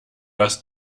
was